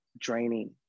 draining